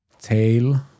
tail